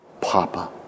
Papa